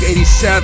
87